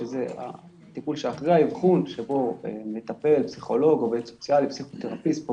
שזה הטיפול שאחרי האבחון שבו מטפל או פסיכולוג או